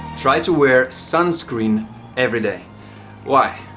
try to wear sunscreen every day why?